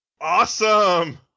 Awesome